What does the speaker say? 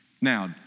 Now